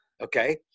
Okay